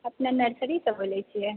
अपने नरसरी से बोलै छियै